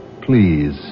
please